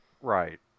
Right